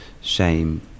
shame